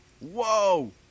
Whoa